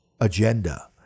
agenda